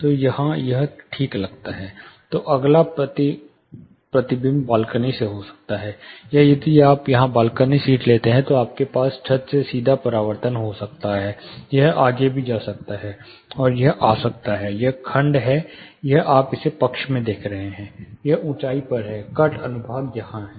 तो यहां यह ठीक लगता है तो अगला परावर्तन बालकनी से हो सकता है या यदि आप यहां बालकनी सीट लेते हैं तो आपके पास छत से सीधा परावर्तन हो सकता है यह आगे भी जा सकता है और यह आ सकता है यह खंड है यह आप इसे पक्ष में देख रहे हैं यह ऊंचाई पर है कट अनुभाग यहां है